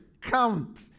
count